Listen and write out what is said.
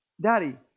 daddy